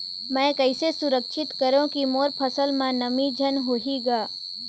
मैं कइसे सुरक्षित करो की मोर फसल म नमी झन होही ग?